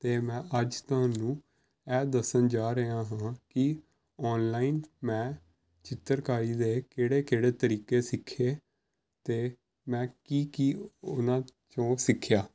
ਅਤੇ ਮੈ ਅੱਜ ਤੁਹਾਨੂੰ ਇਹ ਦੱਸਣ ਜਾ ਰਿਹਾ ਹਾਂ ਕਿ ਔਨਲਾਈਨ ਮੈਂ ਚਿਤਰਕਾਰੀ ਦੇ ਕਿਹੜੇ ਕਿਹੜੇ ਤਰੀਕੇ ਸਿੱਖੇ ਅਤੇ ਮੈਂ ਕੀ ਕੀ ਉਹਨਾਂ ਚੋਂ ਸਿੱਖਿਆ